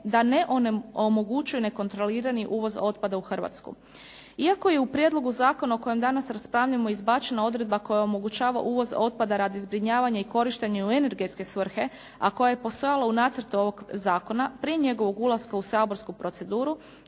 da ne omogućuju nekontrolirani uvoz otpada u Hrvatsku. Iako je u prijedlogu zakona o kojem danas raspravljamo izbačena odredba koja omogućava uvoz otpada radi zbrinjavanja i korištenja u energetske svrhe, a koja je postojala u nacrtu ovog zakona, prije njegovog ulaska u saborsku proceduru,